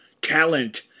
talent